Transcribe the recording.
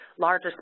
larger